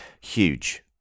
huge